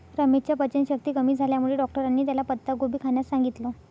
रमेशच्या पचनशक्ती कमी झाल्यामुळे डॉक्टरांनी त्याला पत्ताकोबी खाण्यास सांगितलं